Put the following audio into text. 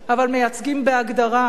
אבל מייצגים, בהגדרה,